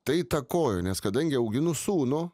tai įtakojo nes kadangi auginu sūnų